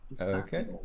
Okay